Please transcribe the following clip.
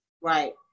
Right